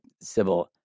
Sybil